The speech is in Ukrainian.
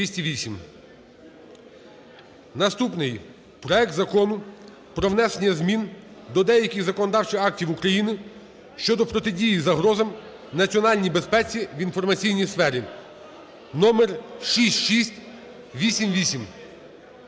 Наступний – проект Закону про внесення змін до деяких законодавчих актів України щодо протидії загрозам національній безпеці в інформаційній сфері (№ 6688).